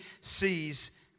sees